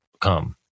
come